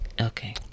Okay